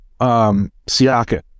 Siaka